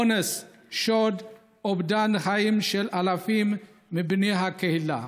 אונס, שוד, אובדן חיים של אלפים מבני הקהילה.